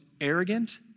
arrogant